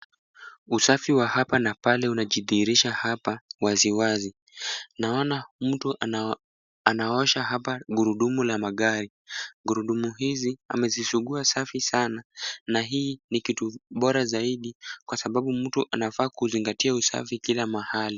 Usafi wa hapa na pale unajidhihirisha hapa waziwazi. Naona mtu anaosha hapa gurudumu la magari. Gurudumu hizi amezisugua safi sana na hii ni kitu bora zaidi kwa sababu mtu anafaa kuzingatia usafi kila mahali.